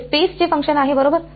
हे स्पेसचे फंक्शन आहे बरोबर